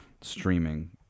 streaming